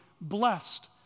blessed